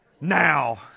now